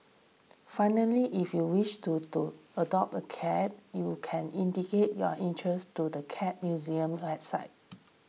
finally if you wish to to adopt a cat you can indicate your interest to the Cat Museum's website